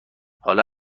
حالا